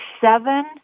seven